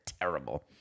terrible